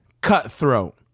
cutthroat